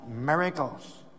miracles